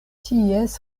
ties